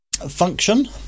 function